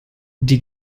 die